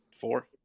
Four